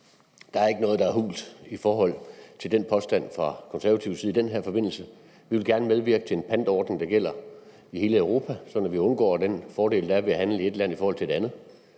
Der er ikke noget, der er hult i den påstand fra Konservatives side i den her forbindelse. Vi vil gerne medvirke til en pantordning, der gælder i hele Europa, så man undgår den fordel, der er ved at handle i et land sammenlignet med et andet.